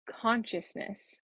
consciousness